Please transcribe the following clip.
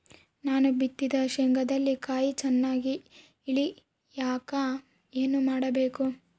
ನಾನು ಬಿತ್ತಿದ ಶೇಂಗಾದಲ್ಲಿ ಕಾಯಿ ಚನ್ನಾಗಿ ಇಳಿಯಕ ಏನು ಮಾಡಬೇಕು?